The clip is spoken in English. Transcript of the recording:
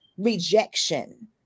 Rejection